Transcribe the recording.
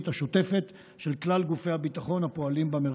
השוטפת של כלל גופי הביטחון הפועלים במרחב.